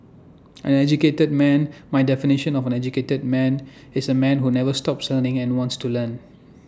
an educated man my definition of an educated man is A man who never stops learning and wants to learn